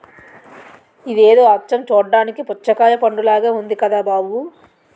ఇదేదో అచ్చం చూడ్డానికి పుచ్చకాయ పండులాగే ఉంది కదా బాబూ